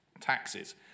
taxes